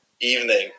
evening